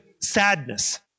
sadness